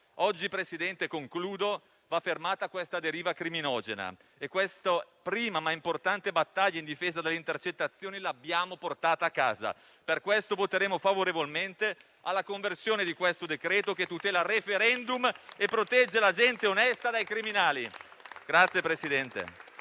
signor Presidente, va fermata questa deriva criminogena e questa prima ma importante battaglia in difesa delle intercettazioni l'abbiamo portata a casa. Per questo voteremo favorevolmente alla conversione del decreto-legge in esame, che tutela i *referendum* e protegge la gente onesta dai criminali.